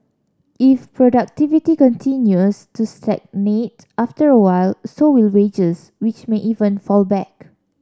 if productivity continues to stagnate after a while so will wages which may even fall back